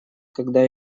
когда